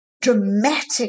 dramatic